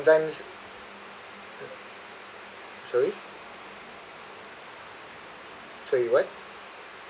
times sorry sorry what